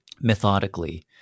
methodically